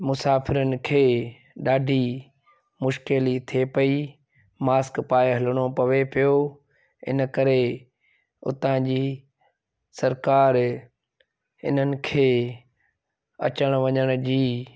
मुसाफ़िरनि खे ॾाढी मुश्किलात थिए पेई मास्क पाए हलणो पिए पियो इनकरे हुतां जी सरकारि हिननि खे अचण वञण जी